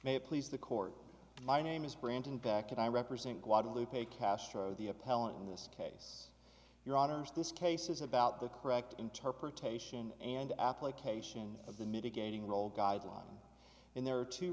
may please the court my name is brandon back and i represent guadalupe castro the appellant in this case your honors this case is about the correct interpretation and application of the mitigating role guideline and there are two